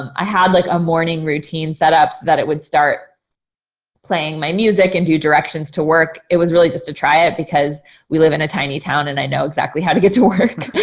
um i had like a morning routine set up so that it would start playing my music and do directions to work. it was really just to try it because we live in a tiny town and i know exactly how to get to work,